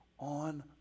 on